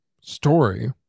story